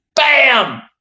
Bam